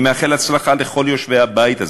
אני מאחל הצלחה לכל יושבי הבית הזה,